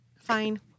Fine